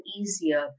easier